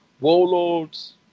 warlords